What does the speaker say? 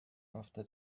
after